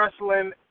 wrestling